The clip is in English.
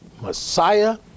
Messiah